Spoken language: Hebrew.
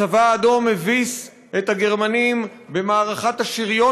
הצבא האדום הביס את הגרמנים במערכת השריון